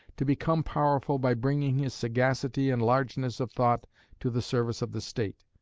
to become powerful by bringing his sagacity and largeness of thought to the service of the state,